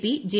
P J